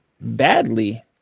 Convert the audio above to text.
badly